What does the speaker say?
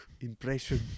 impression